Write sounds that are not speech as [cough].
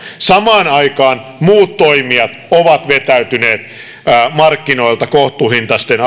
samaan aikaan muut toimijat ovat vetäytyneet markkinoilta kohtuuhintaisten [unintelligible]